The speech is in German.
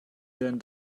denn